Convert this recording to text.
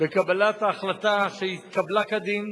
בקבלת ההחלטה שהתקבלה כדין,